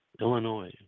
illinois